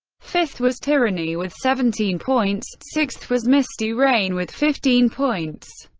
fifth was tyranny with seventeen points, sixth was misty rain with fifteen points.